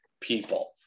people